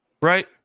right